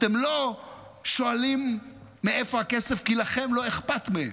אתם לא שואלים מאיפה הכסף, כי לכם לא אכפת מהם.